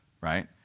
right